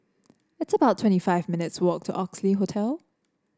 it's about twenty five minutes' walk to Oxley Hotel